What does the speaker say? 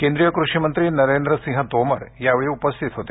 केंद्रीय कृषी मंत्री नरेंद्र सिंह तोमर यावेळी उपस्थित होते